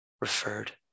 referred